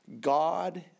God